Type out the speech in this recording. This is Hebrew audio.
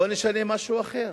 בואו נשנה, משהו אחר.